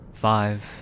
five